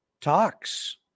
talks